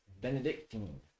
Benedictine